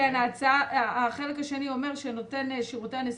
החלק השני אומר שנותן שירותי הנסיעות,